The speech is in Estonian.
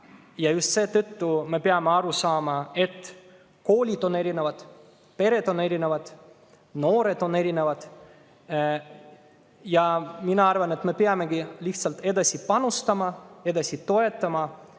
Just seetõttu me peame aru saama, et koolid on erinevad, pered on erinevad ja ka noored on erinevad. Mina arvan, et me peamegi lihtsalt edasi panustama ja noori toetama,